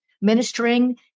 ministering